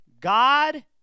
God